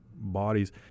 bodies